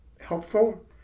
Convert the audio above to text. helpful